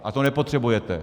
A to nepotřebujete!